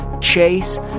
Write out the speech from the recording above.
chase